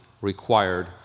required